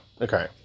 Okay